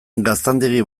gaztandegi